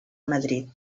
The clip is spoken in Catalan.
madrid